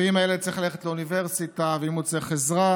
ואם הילד צריך ללכת לאוניברסיטה ואם הוא צריך עזרה.